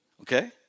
Okay